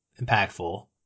impactful